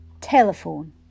telephone